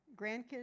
Grandkids